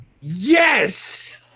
Yes